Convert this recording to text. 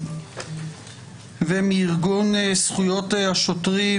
מארגון זכויות השוטרים: